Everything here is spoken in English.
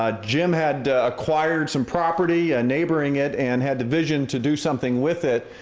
ah jim had acquired some property ah neighboring it and had the vision to do something with it,